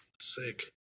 Sick